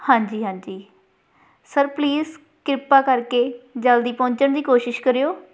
ਹਾਂਜੀ ਹਾਂਜੀ sir please ਕਿਰਪਾ ਕਰਕੇ ਜਲਦੀ ਪਹੁੰਚਣ ਦੀ ਕੋਸ਼ਿਸ਼ ਕਰਿਓ